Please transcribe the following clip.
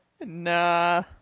Nah